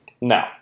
No